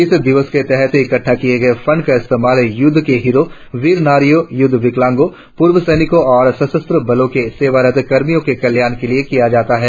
इस दिवस के तहत इकटटा किए गए फंड का इस्तेमाल युद्ध के हीरो वीर नारियों युद्ध विकलांगों पूर्व सैनिकों और सशक्त बलों के सेवारत कर्मियों के कल्याण के लिए किया जाता है